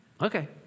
Okay